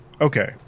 Okay